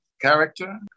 character